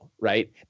right